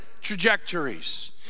trajectories